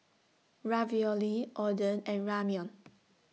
Ravioli Oden and Ramyeon